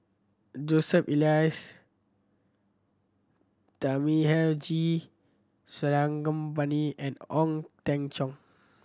Joseph Elias Thamizhavel G Sarangapani and Ong Teng Cheong